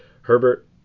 Herbert